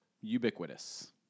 ubiquitous